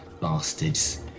bastards